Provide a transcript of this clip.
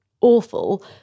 awful